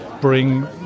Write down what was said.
bring